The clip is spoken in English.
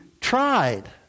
tried